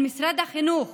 על משרד החינוך